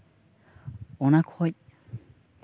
ᱚᱱᱟ ᱠᱷᱚᱡ